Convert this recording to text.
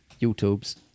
youtube's